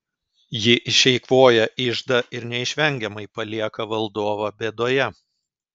ji išeikvoja iždą ir neišvengiamai palieka valdovą bėdoje